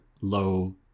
low